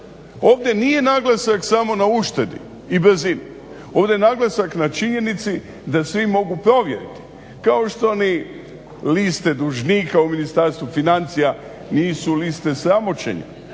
Ovdje nije samo naglasak na uštedi i brzini, ovdje je naglasak na činjenici da svi mogu provjeriti kao što one liste dužnika u Ministarstvu financija nisu liste sramoćenja